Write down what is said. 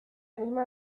misma